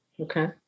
Okay